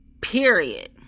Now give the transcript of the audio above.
period